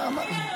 אתה לא מבין,